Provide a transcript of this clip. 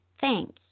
Thanks